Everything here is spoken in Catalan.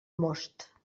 most